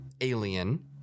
Alien